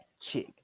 chick